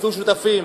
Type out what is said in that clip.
תמצאו שותפים.